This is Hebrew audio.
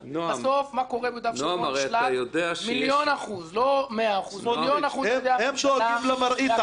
מה קורה בסוף ביהודה ושומרון מיליון אחוז- - הם דואגים למראית עין.